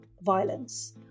violence